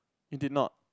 you did not